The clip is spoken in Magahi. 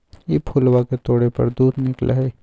ई फूलवा के तोड़े पर दूध निकला हई